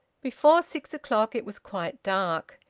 before six o'clock it was quite dark.